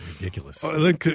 ridiculous